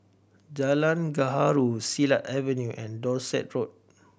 Jalan Gaharu Silat Avenue and Dorset Road